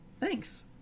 thanks